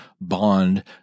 bond